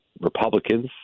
Republicans